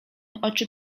oczy